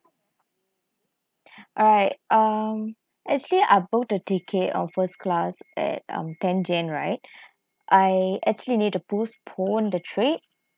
alright um actually I booked a ticket of first class right at um ten jan right I actually need to postpone the trip